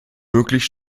möglich